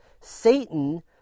Satan